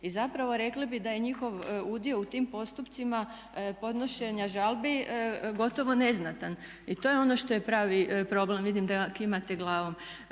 i zapravo rekli bi da je njihov udio u tim postupcima podnošenja žalbi gotovo neznatan. I to je ono što je pravi problem, vidim da kimate glavom.